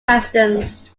questions